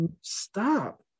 stop